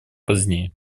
позднее